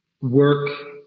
work